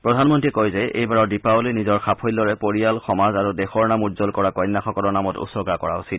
প্ৰধানমন্ত্ৰীয়ে কয় যে এইবাৰৰ দীপাৱলী নিজৰ সাফল্যৰে পৰিয়াল সমাজ আৰু দেশৰ নাম উজ্জল কৰা কন্যাসকলৰ নামত উছৰ্গা কৰা উচিত